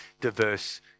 diverse